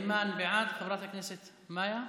אימאן בעד, חברת הכנסת מאיה?